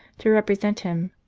to represent him.